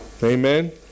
Amen